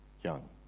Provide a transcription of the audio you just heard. young